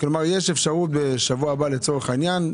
כלומר יש אפשרות בשבוע הבא לצורך העניין,